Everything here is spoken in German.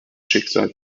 schicksal